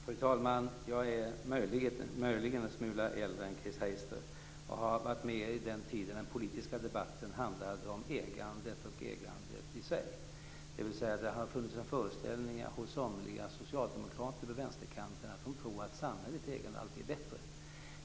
Fru talman! Jag är möjligen en smula äldre än Chris Heister och har varit med på den tiden då den politiska debatten handlade om ägandet och ägandet i sig, dvs. att det har funnits en föreställning hos somliga socialdemokrater på vänsterkanten att samhälleligt ägande alltid är bättre.